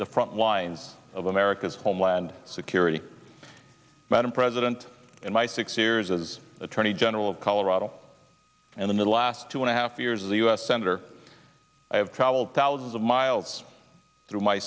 the frontlines of america's homeland security madam president in my six years as attorney general of colorado and in the last two and a half years of the u s senator i have traveled thousands of miles through my